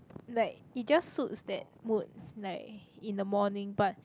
like it just suits that mood like in the morning but